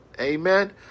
Amen